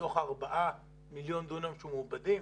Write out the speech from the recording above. מתוך הארבעה מיליון דונם שמעובדים,